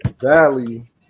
Valley